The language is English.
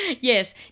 Yes